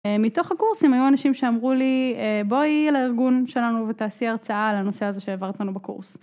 מתוך הקורסים היו אנשים שאמרו לי בואי לארגון שלנו ותעשי הרצאה על הנושא הזה שהעברת לנו בקורס.